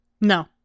no